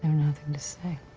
nothing to say.